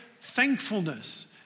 thankfulness